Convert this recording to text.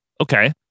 okay